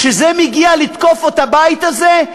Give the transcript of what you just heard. כשזה מגיע לתקוף את הבית הזה,